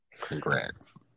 Congrats